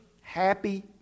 happy